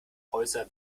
häuser